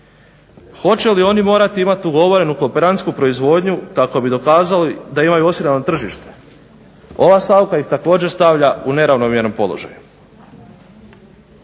Hoće li oni morat imat ugovorenu kooperantsku proizvodnju kako bi dokazali da imaju osigurano tržište? Ova stavka ih također stavlja u neravnomjeran položaj.